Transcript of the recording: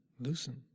loosen